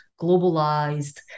globalized